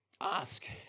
Ask